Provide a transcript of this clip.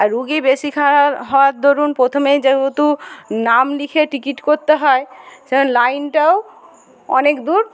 আর রুগী বেশি খারাপ হওয়ার দরুন প্রথমেই যেহুতু নাম লিখে টিকিট করতে হয় সেরকম লাইনটাও অনেক দূর